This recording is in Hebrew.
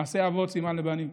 מעשה אבות סימן לבנים,